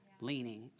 leaning